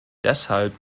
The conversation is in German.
deshalb